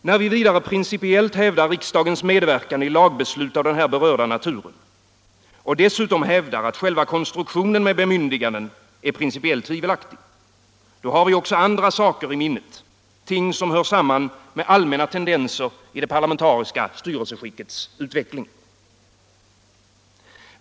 När vi vidare principiellt hävdar riksdagens medverkan i lagbeslut av den här berörda naturen och dessutom hävdar att själva konstruktionen med bemyndiganden är principiellt tvivelaktig — då har vi också andra saker i minnet, ting som hör samman med allmänna tendenser i det parlamentariska styrelseskickets utveckling.